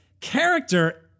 character